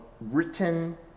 written